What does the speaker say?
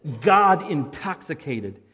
God-intoxicated